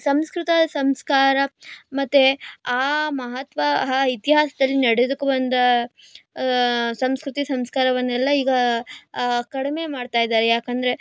ಸಂಸ್ಕೃತ ಸಂಸ್ಕಾರ ಮತ್ತು ಆ ಮಹತ್ವ ಆ ಇತಿಹಾಸದಲ್ಲಿ ನಡೆದುಕೊ ಬಂದ ಸಂಸ್ಕೃತಿ ಸಂಸ್ಕಾರವನ್ನೆಲ್ಲ ಈಗ ಕಡಿಮೆ ಮಾಡ್ತಾ ಇದಾರೆ ಯಾಕಂದರೆ